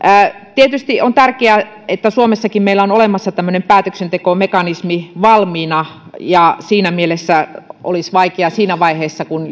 tietysti on tärkeää että suomessakin meillä on olemassa tämmöinen päätöksentekomekanismi valmiina ja siinä mielessä olisi vaikeaa siinä vaiheessa kun